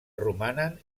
romanen